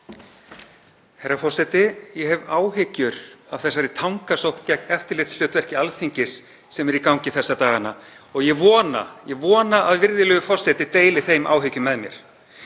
Herra forseti. Ég hef áhyggjur af þessari tangarsókn gegn eftirlitshlutverki Alþingis sem er í gangi þessa dagana og ég vona að virðulegur forseti deili þeim áhyggjum með mér.